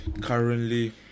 Currently